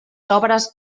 sobres